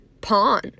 pawn